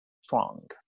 strong